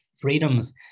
Freedoms